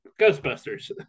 Ghostbusters